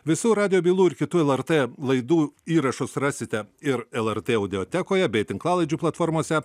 visų radijo bylų ir kitų lrt laidų įrašus rasite ir lrt audiotekoje bei tinklalaidžių platformose